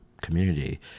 community